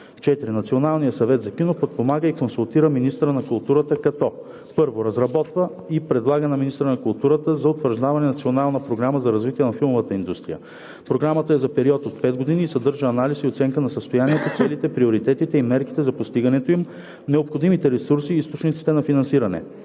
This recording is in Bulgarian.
(4) Националният съвет за кино подпомага и консултира министъра на културата, като: 1. разработва и предлага на министъра на културата за утвърждаване Национална програма за развитие на филмовата индустрия; програмата е за период от 5 години и съдържа анализ и оценка на състоянието, целите, приоритетите и мерките за постигането им, необходимите ресурси и източниците на финансиране;